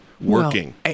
working